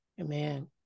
Amen